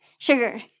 Sugar